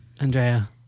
Andrea